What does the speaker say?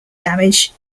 damaged